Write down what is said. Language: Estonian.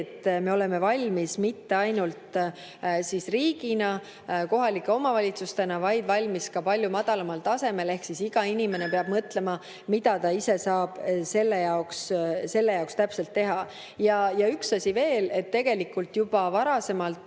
et me oleme valmis mitte ainult riigina, kohalike omavalitsustena, vaid oleme valmis ka palju madalamal tasemel ehk iga inimene peab mõtlema, mida ta ise saab selle jaoks täpselt teha. Ja üks asi veel. Tegelikult olid juba varasemalt